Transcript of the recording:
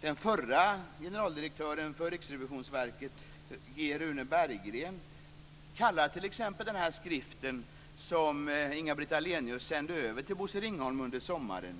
Den förra generaldirektören för Riksrevisionsverket, G Rune Berggren menar t.ex. att den skrift som Inga-Britt Ahlenius sände över till Bosse Ringholm under sommaren,